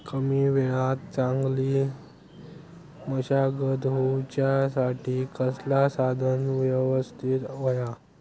कमी वेळात चांगली मशागत होऊच्यासाठी कसला साधन यवस्तित होया?